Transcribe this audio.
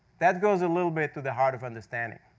that goes a little bit to the heart of understanding.